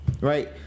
right